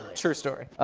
true story.